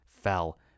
Fell